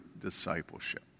discipleship